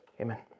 Amen